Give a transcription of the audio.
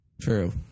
True